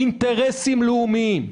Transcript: אינטרסים לאומיים.